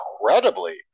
incredibly